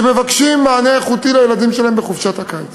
שמבקשים מענה איכותי לילדים שלהם בחופשות הקיץ.